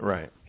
Right